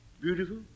Beautiful